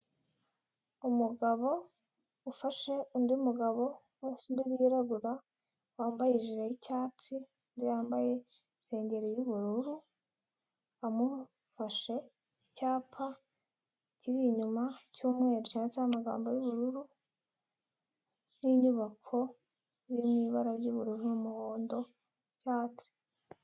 Umugabo ufashe undi mugabo rwose undi wirabura wambaye ijire y'icyatsi, yambaye isengeri y'ubururu amufashe, icyapa kiri iyuma cy'umweru cyanditseho amagambo y'ubururu n'inyubako iri mu ibara ry'ubururu n'umuhondo n'icyatsi.